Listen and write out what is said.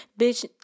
bitch